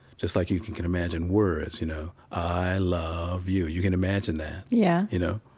just like you can can imagine words, you know. i love you, you can imagine that yeah you know,